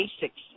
basics